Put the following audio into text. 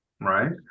right